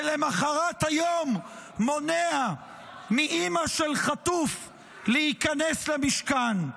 ולמוחרת היום מונע מאימא של חטוף להיכנס למשכן?